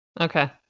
Okay